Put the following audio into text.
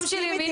כי